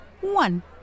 one